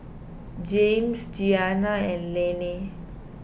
Jaymes Giana and Laney